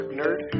nerd